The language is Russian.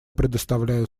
предоставляю